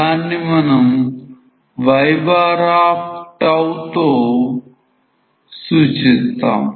దాన్ని మనం yτ తో సూచిస్తాము